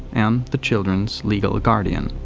and the children's legal guardian.